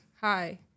hi